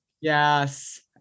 Yes